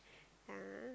yeah